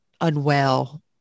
unwell